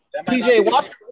Pj